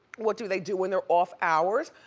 what do they do when they're off hours?